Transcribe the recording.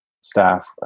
staff